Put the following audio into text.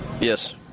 Yes